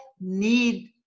need